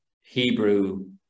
Hebrew